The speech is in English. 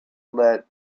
let